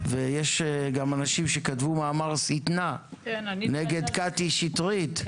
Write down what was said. ויש גם אנשים שכתבו מאמר שטנה נגד קטי שטרית,